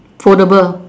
foldable